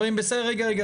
חברים, בסדר, רגע.